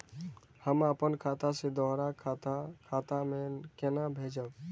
हम आपन खाता से दोहरा के खाता में केना भेजब?